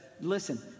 listen